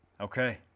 Okay